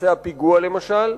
פיגוע למשל,